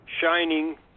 shining